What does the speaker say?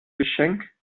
geschenk